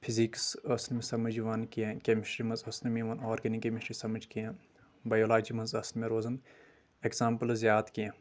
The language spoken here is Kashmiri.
فیزیکٕس ٲس نہٕ مےٚ سمج یِوان کینٛہہ کیمسٹری منٛز ٲس نہٕ مےٚ یِوان آرگینِک کیمِسٹری سمج کینٛہہ بیولاجی منٛز ٲس نہٕ مےٚ روزان ایٚگزامپٕلز یاد کینٛہہ